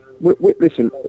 listen